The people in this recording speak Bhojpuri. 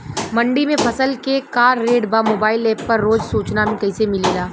मंडी में फसल के का रेट बा मोबाइल पर रोज सूचना कैसे मिलेला?